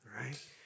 right